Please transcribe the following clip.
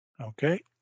Okay